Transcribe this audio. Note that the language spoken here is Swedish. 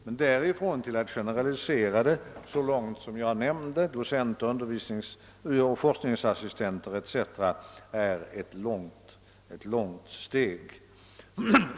Men därifrån till att generalisera så långt som jag nämnde — till docenter, forskningsassistenter etc. — är ett långt steg.